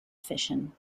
fission